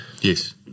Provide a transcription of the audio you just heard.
yes